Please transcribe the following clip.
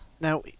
Now